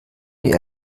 die